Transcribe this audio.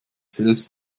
selbst